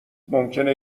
ممکنه